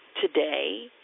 today